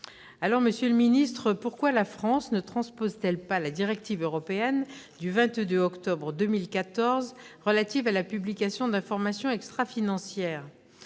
le secrétaire d'État, pourquoi la France ne transpose-t-elle pas la directive européenne du 22 octobre 2014 relative à la publication d'informations extrafinancières ?